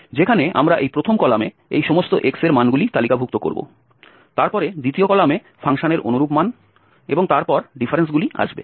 যেখানে আমরা এই প্রথম কলামে এই সমস্ত x এর মানগুলি তালিকাভুক্ত করব তারপরে দ্বিতীয় কলামে ফাংশনের অনুরূপ মান এবং তারপর ডিফারেন্সগুলি আসবে